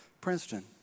Princeton